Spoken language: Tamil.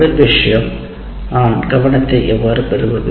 முதல் விஷயம் நான் கவனத்தை எவ்வாறு பெறுவது